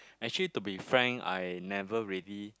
actually to be frank I never really